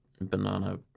banana